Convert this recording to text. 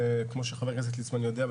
כמו שחבר הכנסת ליצמן יודע,